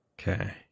okay